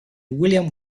william